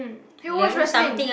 he watch wrestling